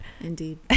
indeed